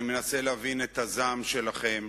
אני מנסה להבין את הזעם שלכם,